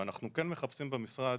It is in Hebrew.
אנחנו כן מחפשים במשרד